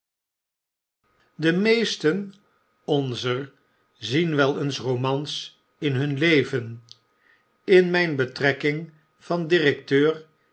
de meesten onzer zien wel eens romans in hun leyen in mgn betrekking van directeur